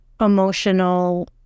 emotional